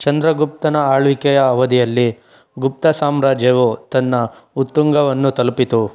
ಚಂದ್ರಗುಪ್ತನ ಆಳ್ವಿಕೆಯ ಅವಧಿಯಲ್ಲಿ ಗುಪ್ತ ಸಾಮ್ರಾಜ್ಯವು ತನ್ನ ಉತ್ತುಂಗವನ್ನು ತಲುಪಿತು